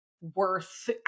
worth